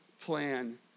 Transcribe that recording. plan